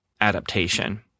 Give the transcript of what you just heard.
adaptation